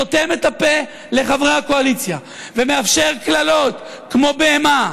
סותם את הפה לחברי הקואליציה ומאפשר קללות כמו בהמה,